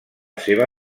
seva